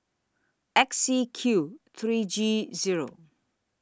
X C Q three G Zero